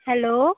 hello